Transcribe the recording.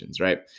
right